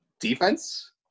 defense